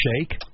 shake